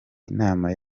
inama